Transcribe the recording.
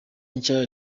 nshya